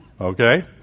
Okay